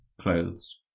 clothes